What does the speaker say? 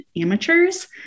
amateurs